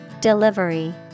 Delivery